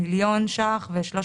1.386 מיליון שקלים.